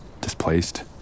Displaced